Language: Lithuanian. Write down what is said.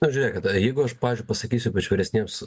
na žiūrėkit jeigu aš pavyzdžiui pasakysiu ypač vyresniems